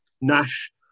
Nash